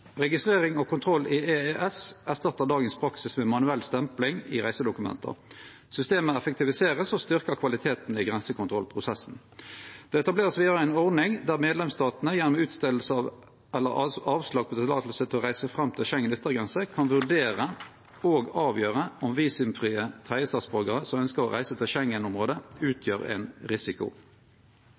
Registrering og kontroll i EES erstattar dagens praksis med manuell stempling i reisedokument. Systemet vert effektivisert og styrkjer kvaliteten i grensekontrollprosessen. Det vert vidare etablert ei ordning der medlemsstatane, gjennom utferding av eller avslag på løyve til å reise fram til Schengens yttergrense, kan vurdere og avgjere om visumfrie tredjestatsborgarar som ønskjer å reise til Schengen-området, utgjer ein risiko.